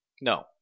No